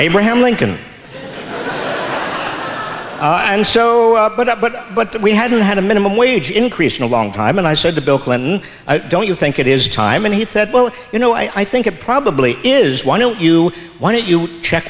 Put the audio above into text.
abraham lincoln and so put up but but we hadn't had a minimum wage increase in a long time and i said to bill clinton don't you think it is time and he said well you know i think it probably is why don't you why don't you check